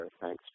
Thanks